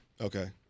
Okay